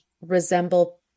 resemble